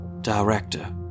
Director